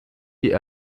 die